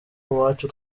uwacu